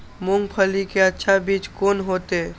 मूंगफली के अच्छा बीज कोन होते?